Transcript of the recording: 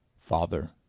Father